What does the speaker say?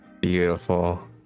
Beautiful